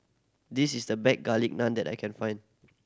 this is the best Garlic Naan that I can find